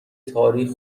تاریخ